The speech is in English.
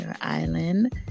island